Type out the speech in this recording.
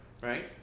right